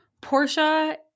Portia